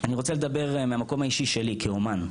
אני רוצה לדבר מהמקום האישי שלי כאומן,